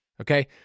okay